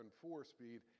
four-speed